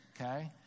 okay